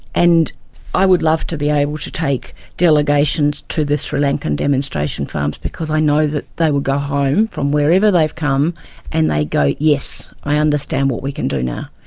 and i would love to be able to take delegations to the sri lankan demonstration farms because i know that they will go home from wherever they've come and they go, yes, i understand what we can do now.